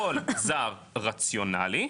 כל זר רציונלי,